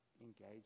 engage